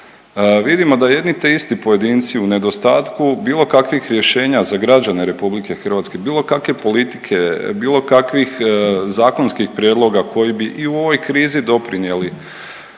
Vidimo da jedni te isti pojedinci u nedostatku bilo kakvih rješenja za građane RH, bilo kakve politike, bilo kakvih zakonskih prijedloga koji bi i u ovoj krizi doprinijeli,